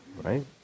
Right